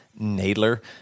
Nadler